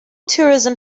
tourism